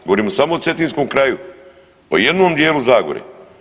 Govorim samo o cetinskom kraju o jednom dijelu Zagore.